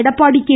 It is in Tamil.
எடப்பாடி கே